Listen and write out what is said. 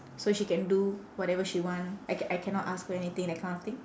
so she can do whatever she want I c~ I cannot ask her anything that kind of thing